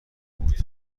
بوده